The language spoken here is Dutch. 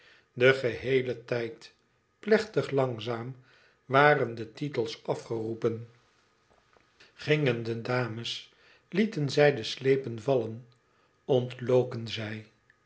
den geheelen tijd plechtig langzaam waren de titels afgeroepen gingen de dames lieten zij de slepen vallen ontloken zij